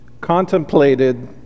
contemplated